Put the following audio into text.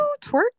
twerk